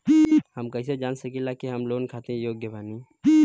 हम कईसे जान सकिला कि हम लोन खातिर योग्य बानी?